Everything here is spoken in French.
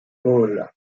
coll